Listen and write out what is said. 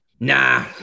Nah